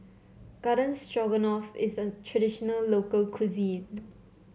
Garden Stroganoff is a traditional local cuisine